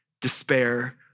despair